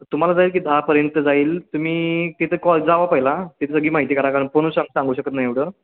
तुम्हाला जाईल की दहापर्यंत जाईल तुम्ही तिथं कॉल जावा पहिला तिथं सगळी माहिती काढा कारण सांगू शकत नाही एवढं